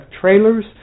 trailers